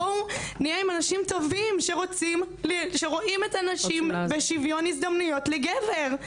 בואו נהיה עם אנשים טובים שרואים את הנשים בשיוויו הזדמנויות לגבר.